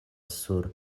sur